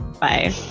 Bye